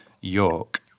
York